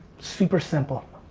super simple.